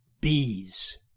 Bees